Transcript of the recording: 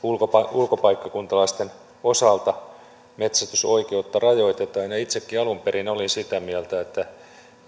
ulkopaikkakuntalaisten osalta metsästysoikeutta rajoitetaan ja ja itsekin alun perin olin sitä mieltä että